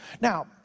Now